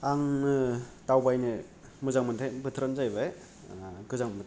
आङो दावबायनो मोजां मोननाय बोथोरानो जायैबाय गोजां बोथोर